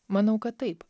manau kad taip